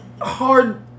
hard